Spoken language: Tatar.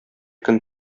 көн